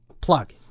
plug